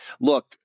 look –